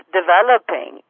developing